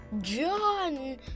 John